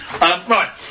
Right